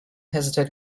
hesitate